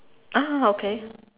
ah okay